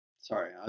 Sorry